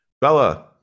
Bella